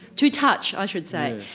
to touch i should say.